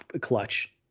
clutch